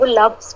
love